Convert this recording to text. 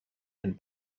and